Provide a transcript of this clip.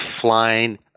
flying